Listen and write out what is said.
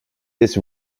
this